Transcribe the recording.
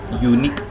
Unique